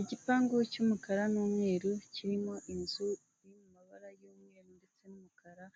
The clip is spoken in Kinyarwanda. Igipangu cy'umukara n'umweru, kirimo inzu iri mu mabara y'umweru ndetse n'umukara,